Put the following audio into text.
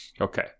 Okay